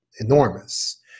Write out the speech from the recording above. enormous